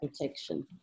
protection